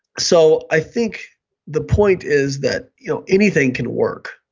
so i think the point is that you know anything can work.